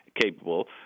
capable